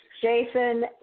Jason